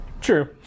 true